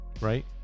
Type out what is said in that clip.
Right